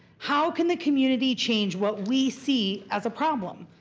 how can the community change what we see as a problem?